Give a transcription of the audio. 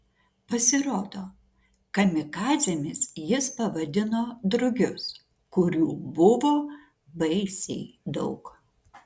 pasirodo kamikadzėmis jis pavadino drugius kurių buvo baisiai daug